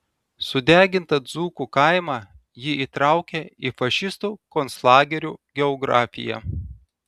sudegintą dzūkų kaimą ji įtraukia į fašistų konclagerių geografiją